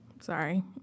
sorry